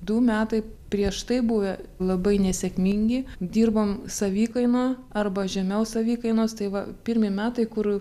du metai prieš tai buvę labai nesėkmingi dirbom savikaina arba žemiau savikainos tai va pirmi metai kur